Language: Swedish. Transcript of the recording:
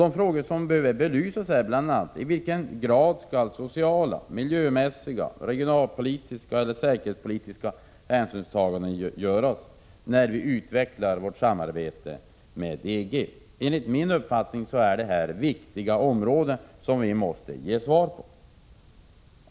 En fråga som behöver belysas är bl.a. i vilken grad sociala, miljömässiga, regionalpolitiska och säkerhetspolitiska hänsyn skall tas när vi utvecklar vårt samarbete med EG. Enligt min uppfattning är det här viktiga områden, där vi måste få besked.